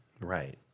Right